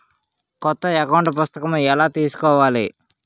కొత్త అకౌంట్ పుస్తకము ఎలా తీసుకోవాలి?